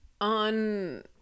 on